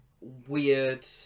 weird